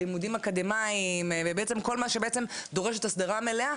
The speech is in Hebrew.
לימודים אקדמאיים ובעצם כל מה שדורשת הסדרה מלאה,